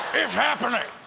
it's happening.